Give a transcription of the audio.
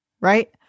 right